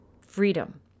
Freedom